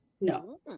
No